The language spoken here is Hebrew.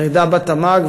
ירידה בתמ"ג,